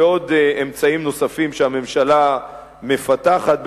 ועוד אמצעים נוספים שהממשלה מפתחת.